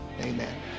amen